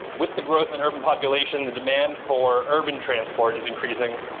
with the growth in urban population, the demand for urban transport is increasing.